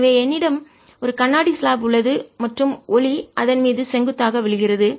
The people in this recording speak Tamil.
எனவே என்னிடம் ஒரு கண்ணாடி ஸ்லாப் உள்ளது மற்றும் ஒளி அதன் மீது செங்குத்தாக விழுகிறது